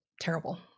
terrible